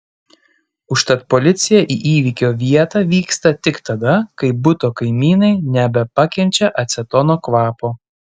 užtat policija į įvykio vietą vyksta tik tada kai buto kaimynai nebepakenčia acetono kvapo